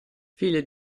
figlia